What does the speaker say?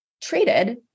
treated